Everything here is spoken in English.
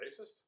racist